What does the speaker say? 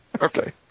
Okay